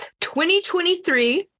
2023